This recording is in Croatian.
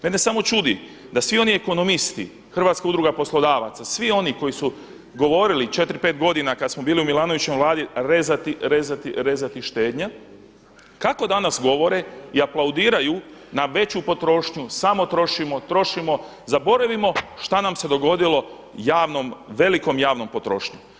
Mene samo čudi da svi oni ekonomski, Hrvatska udruga poslodavca, svi oni koji su govorili 4, 5 godina kada smo bili u Milanovićevoj vladi rezati, rezati, rezati, štednja kako danas govore i aplaudiraju na veću potrošnju, samo trošimo, trošimo, zaboravimo šta nam se dogodilo velikom javnom potrošnjom.